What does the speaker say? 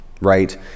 right